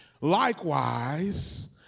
Likewise